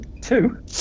Two